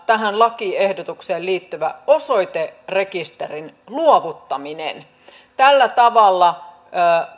tähän lakiehdotukseen liittyvä osoiterekisterin luovuttaminen on myös erittäin kyseenalaista tällä tavalla